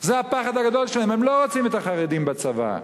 זה הפחד הגדול שלהם, הם לא רוצים את החרדים בצבא.